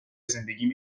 زندگیم